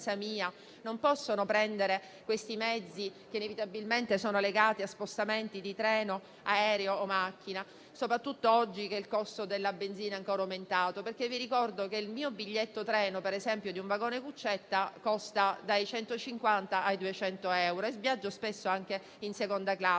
non possono prendere mezzi inevitabilmente legati a spostamenti di treno, aereo o macchina, soprattutto oggi che il costo della benzina è ancora aumentato. Vi ricordo che il mio biglietto ferroviario, per esempio di un vagone cuccetta, costa dai 150 ai 200 euro e io viaggio spesso anche in seconda classe,